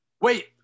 Wait